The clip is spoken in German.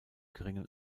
geringen